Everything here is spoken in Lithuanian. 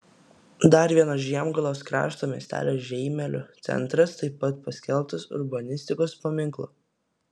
dar vieno žiemgalos krašto miestelio žeimelio centras taip pat paskelbtas urbanistikos paminklu